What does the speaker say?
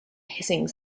hissing